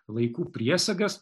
laikų priesagas